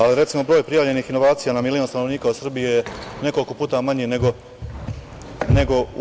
Ali, recimo, broj prijavljenih inovacija na milion stanovnika u Srbiji je nekoliko puta manji nego u EU.